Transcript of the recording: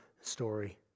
story